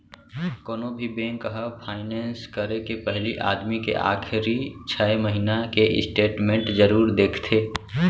कोनो भी बेंक ह फायनेंस करे के पहिली आदमी के आखरी छै महिना के स्टेट मेंट जरूर देखथे